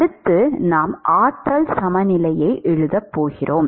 அடுத்து நாம் ஆற்றல் சமநிலையை எழுதப் போகிறோம்